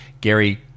Gary